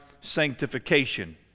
sanctification